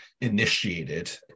initiated